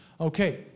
Okay